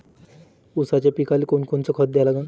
ऊसाच्या पिकाले कोनकोनचं खत द्या लागन?